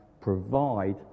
provide